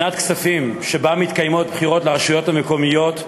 בשנת כספים שבה מתקיימות בחירות לרשויות המקומיות,